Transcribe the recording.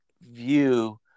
view